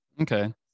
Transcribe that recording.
okay